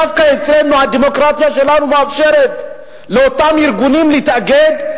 דווקא אצלנו הדמוקרטיה שלנו מאפשרת לאותם ארגונים להתאגד,